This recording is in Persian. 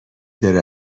داره